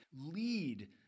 lead